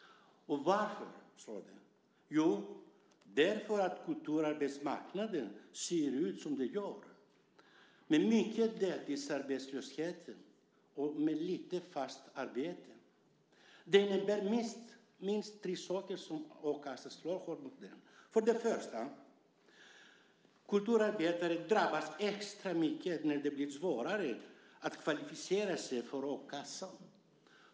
Varför slår det hårt? Jo, därför att kulturarbetsmarknaden ser ut som den gör med mycket deltidsarbetslöshet och lite fast arbete. Det är minst tre orsaker till att a-kassan slår hårt mot dem. För det första drabbas kulturarbetare extra mycket när det blir svårare att kvalificera sig för a-kassa.